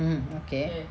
mm okay